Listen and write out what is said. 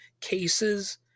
cases